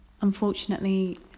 Unfortunately